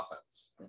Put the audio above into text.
offense